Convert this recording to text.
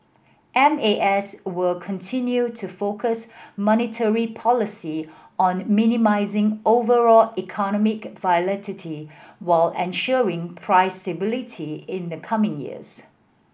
M A S will continue to focus monetary policy on minimising overall economic volatility while ensuring price stability in the coming years